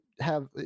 have-